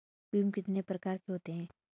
बीमा कितने प्रकार के होते हैं?